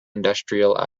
industrial